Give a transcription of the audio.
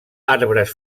arbres